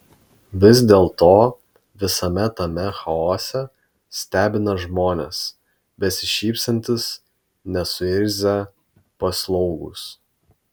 vis dėlto visame tame chaose stebina žmonės besišypsantys nesuirzę paslaugūs